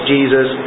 Jesus